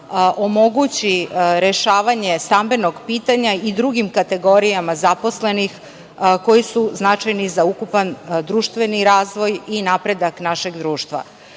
omogući rešavanje stambenog pitanja i drugim kategorijama zaposlenih, a koji su značajni za ukupan društveni razvoj i napredak našeg društva.